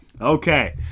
Okay